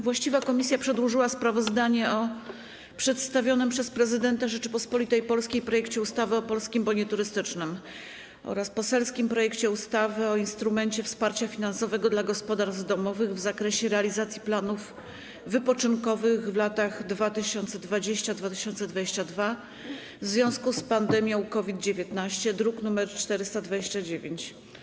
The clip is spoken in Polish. Właściwa komisja przedłożyła sprawozdanie o przedstawionym przez Prezydenta Rzeczypospolitej Polskiej projekcie ustawy o Polskim Bonie Turystycznym oraz poselskim projekcie ustawy o instrumencie wsparcia finansowego dla gospodarstw domowych w zakresie realizacji planów wypoczynkowych w latach 2020–2022 w związku z pandemią COVID-19, druk nr 429.